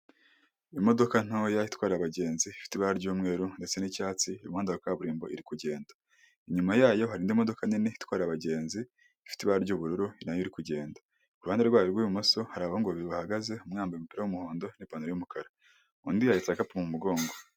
Imodoka ntoya itwara abagenzi ifite ibara ry'umweru ndetse n'icyatsi iri ku muhanda wa kaburimbo iri kugenda. Inyuma yayo hari indi mo nini itwara abagenzi, ifite ibara ry'ubururu nayo iri kugenda. Iruhande rwayo rw'ibumoso, hari abahungu babiri bahagaze umwe wambaye umupira w'umuhondo n'ipantaro y'umukara, undi yahetse agakapu mu mugongo.